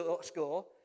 score